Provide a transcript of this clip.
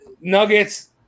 Nuggets